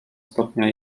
stopnia